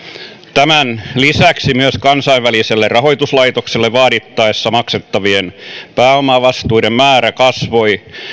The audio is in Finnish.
tämän lisäksi kansainväliselle rahoituslaitokselle vaadittaessa maksettavien pääomavastuiden määrä kasvoi